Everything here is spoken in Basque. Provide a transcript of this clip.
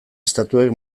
estatuek